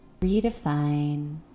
redefine